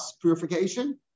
purification